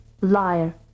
Liar